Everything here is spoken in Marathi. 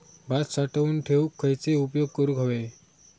भात साठवून ठेवूक खयचे उपाय करूक व्हये?